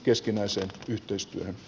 arvoisat edustajat